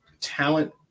talent